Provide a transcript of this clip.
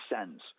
sends